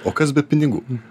o kas be pinigų